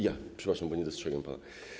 Ja przepraszam, bo nie dostrzegłem pana.